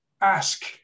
ask